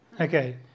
Okay